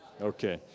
Okay